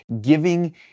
giving